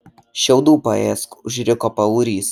šiaudų paėsk užriko paurys